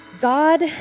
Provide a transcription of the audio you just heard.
god